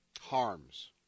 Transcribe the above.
harms